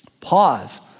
Pause